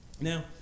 now